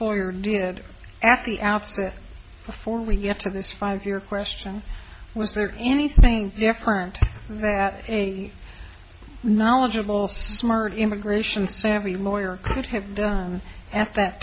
outset before we get to this five year question was there anything different that a knowledgeable smart immigration savvy lawyer could have done at that